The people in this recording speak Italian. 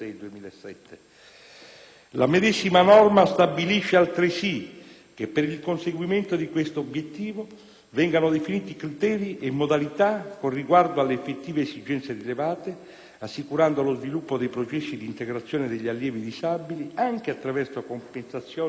La medesima norma stabilisce, altresì, che per il conseguimento di questo obiettivo vengano definiti criteri e modalità con riguardo alle effettive esigenze rilevate, assicurando lo sviluppo dei processi di integrazione degli allievi disabili anche attraverso compensazioni tra Province diverse